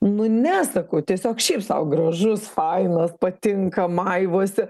nu ne sakau tiesiog šiaip sau gražus fainas patinka maivosi